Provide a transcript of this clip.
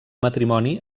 matrimoni